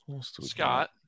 scott